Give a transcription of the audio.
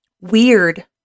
weird